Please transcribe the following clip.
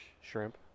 Shrimp